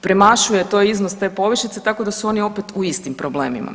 Premašuje to iznos te povišice tako da su oni opet u istim problemima.